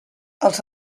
els